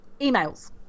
emails